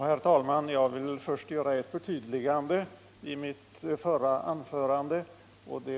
Herr talman!